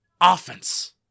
offense—